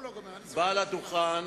בעל הדוכן